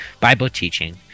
Bible-teaching